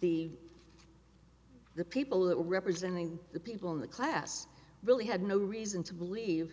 the the people that were representing the people in the class really had no reason to believe